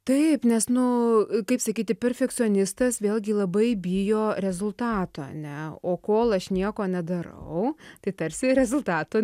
taip nes nu kaip sakyti perfekcionistas vėlgi labai bijo rezultato ane o kol aš nieko nedarau tai tarsi rezultato